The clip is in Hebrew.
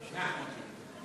התשע"ו 2016,